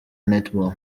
netball